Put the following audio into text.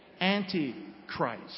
Antichrist